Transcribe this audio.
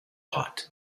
hot